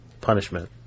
punishment